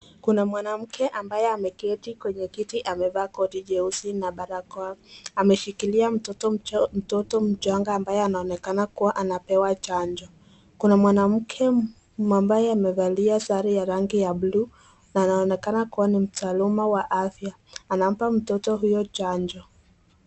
Kuna mwanamke ambaye ameketi kwenye kiti amevaa koti jeusi na barakoa. Ameshikilia mtoto mchanga ambaye anaonekana kuwa anapewa chanjo. Kuna mwanamke ambaye amevalia sare ya rangi ya bluu na anaonekana kuwa ni mtaaluma wa afya anampa mtoto huyo chanjo.